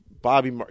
Bobby –